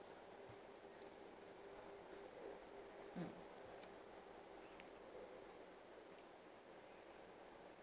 mm